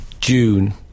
June